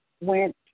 went